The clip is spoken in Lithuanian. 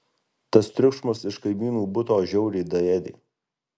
tas triukšmas iš kaimynų buto žiauriai daėdė